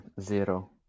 zero